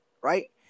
Right